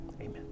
amen